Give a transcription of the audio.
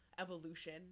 evolution